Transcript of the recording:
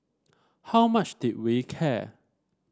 how much did we care